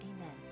Amen